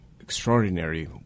extraordinary